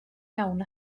iawn